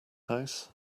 house